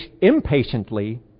impatiently